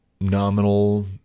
nominal